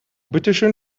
bitteschön